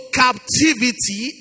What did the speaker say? captivity